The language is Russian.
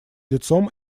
лицом